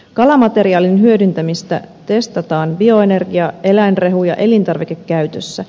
kalamateriaalin hyödyntämistä testataan bioenergia eläinrehu ja elintarvikekäytössä